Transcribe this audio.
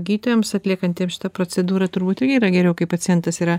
gydytojams atliekantiem šitą procedūrą turbūt yra geriau kai pacientas yra